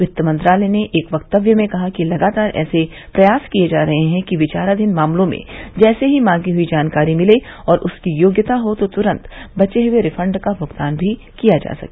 वित्त मंत्रालय ने एक वक्तव्य में कहा कि लगातार ऐसे प्रयास किए जा रहे हैं कि विचाराधीन मामलों में जैसे ही मांगी हुई जानकारी मिले और उसकी योग्यता हो तो तुरन्त बचे हुए रिफंड का भुगतान भी किया जा सके